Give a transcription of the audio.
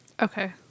Okay